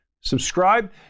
subscribe